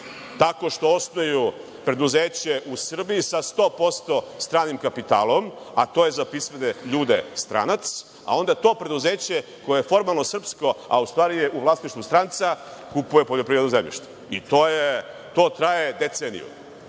tako što osnuju preduzeće u Srbiji sa 100% stranim kapitalom, a to je za pismene ljude stranac, a onda to preduzeće koje je formalno srpsko, a u stvari je u vlasništvu stranca, kupuje poljoprivredno zemljište i to traje deceniju.